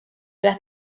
las